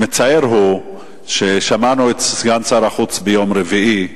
מצער ששמענו את סגן שר החוץ ביום רביעי,